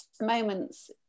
moments